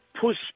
push